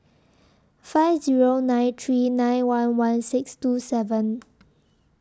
five Zero nine three nine one one six two seven